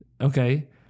Okay